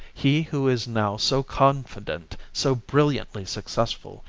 he who is now so confident, so brilliantly successful,